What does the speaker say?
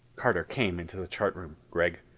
carter came into the chart room. gregg,